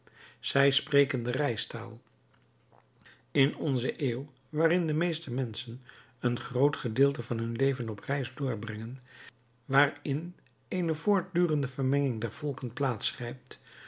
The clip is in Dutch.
zij spreken de reistaal in onze eeuw waarin de meeste menschen een groot gedeelte van hun leven op reis doorbrengen waarin eene voortdurende vermenging der volken plaats grijpt